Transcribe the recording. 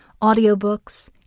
Audiobooks